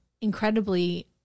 incredibly